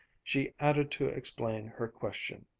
she added to explain her question,